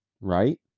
right